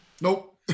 Nope